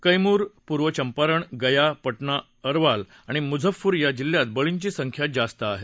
क्रमुर पूर्व चंपारण गया पटना अरवाल आणि मुझफफरपूर जिल्ह्यात बळींची संख्या जास्त आहे